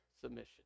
submission